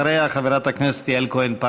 ואחריה, חברת הכנסת יעל כהן-פארן.